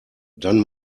dann